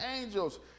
angels